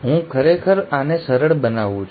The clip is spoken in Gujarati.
હું ખરેખર આને સરળ બનાવું છું